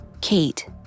Kate